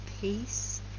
peace